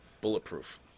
Bulletproof